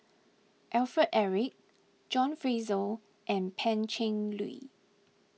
Alfred Eric John Fraser and Pan Cheng Lui